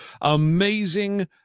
amazing